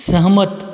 सहमत